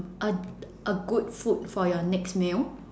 a a good food for your next meal